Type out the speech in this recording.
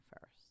first